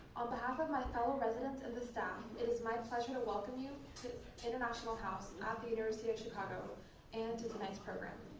on behalf of my fellow residents and the staff, it is my pleasure to welcome you to international house at the university of chicago and to tonight's program.